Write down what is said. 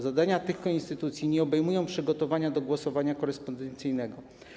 Zakres zadań tych instytucji nie obejmuje przygotowania do głosowania korespondencyjnego.